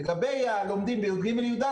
לגבי הלומדים בי"ג י"ד,